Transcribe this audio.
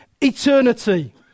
eternity